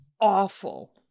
awful